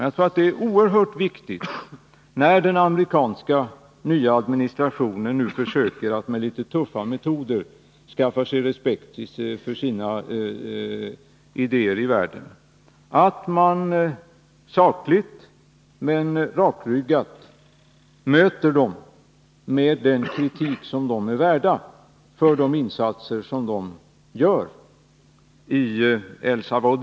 Jag tror att det är oerhört viktigt, när den amerikanska nya administrationen nu försöker att med litet tuffa metoder skaffa sig respekt i världen för sina ideér, att man sakligt men rakryggat möter den med den kritik som administrationen är värd för de insatser den gör i El Salvador.